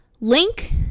link